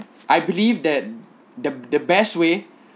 I believe that the the best way